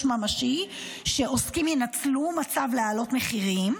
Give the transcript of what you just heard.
ממשי שעוסקים ינצלו מצב להעלות מחירים.